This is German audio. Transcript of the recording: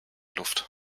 luft